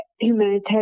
humanitarian